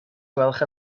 gwelwch